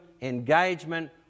engagement